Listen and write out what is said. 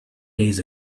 days